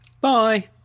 Bye